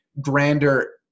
grander